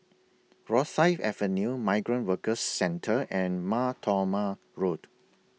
Rosyth Avenue Migrant Workers Centre and Mar Thoma Road